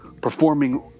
performing